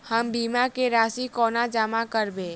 हम बीमा केँ राशि कोना जमा करबै?